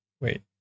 Wait